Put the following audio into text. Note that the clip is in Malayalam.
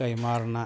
കൈമാറുന്ന